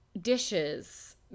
dishes